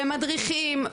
מדריכים,